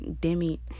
demi